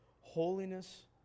Holiness